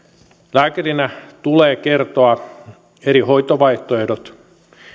lääkärinä tulee kertoa eri hoitovaihtoehdot